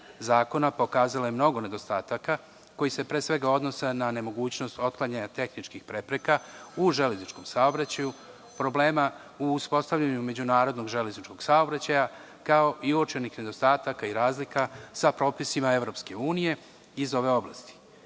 zakona pokazala je mnogo nedostataka koji se pre svega odnose na nemogućnost otklanjanje tehničkih prepreka u železničkom saobraćaju, problema u uspostavljanju međunarodnog železničkog saobraćaja, kao i uočenih nedostataka i razlika sa propisima EU iz ove oblasti.